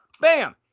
bam